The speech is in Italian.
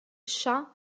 shah